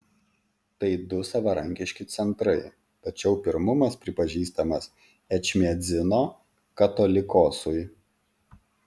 tai du savarankiški centrai tačiau pirmumas pripažįstamas ečmiadzino katolikosui